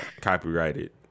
copyrighted